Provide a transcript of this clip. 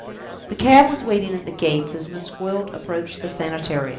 the cab was waiting at the gates as miss gwilt approached the sanitarium.